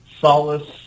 Solace